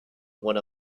when